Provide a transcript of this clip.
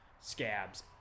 scabs